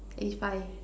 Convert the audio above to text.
eighty five